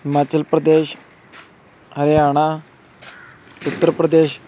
Himachal Pradesh Haryana Uttar Pradesh